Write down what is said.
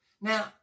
Now